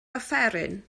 offeryn